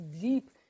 deep